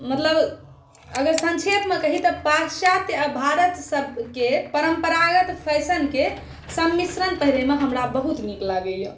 मतलब अगर सन्क्षेपमे कही तऽ पाश्चात्य आ भारतके परम्परागत फैशनके समिश्रण पहिरैमे हमरा बहुत नीक लागैया